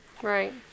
Right